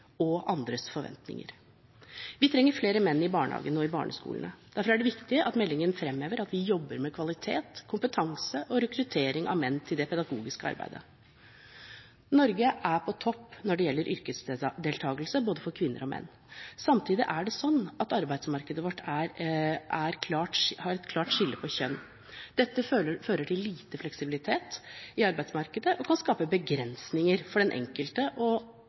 og andres forventninger. Vi trenger flere menn i barnehagene og i barneskolene. Derfor er det viktig at meldingen fremhever at vi jobber med kvalitet, kompetanse og rekruttering av menn til det pedagogiske arbeidet. Norge er på topp når det gjelder yrkesdeltagelse for både kvinner og menn. Samtidig er det sånn at arbeidsmarkedet vårt har klare skiller når det gjelder kjønn. Dette fører til lite fleksibilitet i arbeidsmarkedet og kan skape begrensninger for den enkelte